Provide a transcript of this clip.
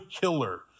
killer